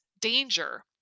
danger